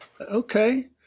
Okay